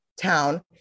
town